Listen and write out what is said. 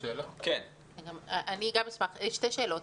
שתי שאלות,